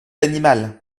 animal